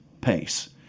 pace